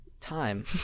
Time